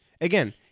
Again